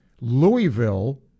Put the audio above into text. Louisville